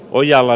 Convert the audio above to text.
ojala